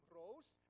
rose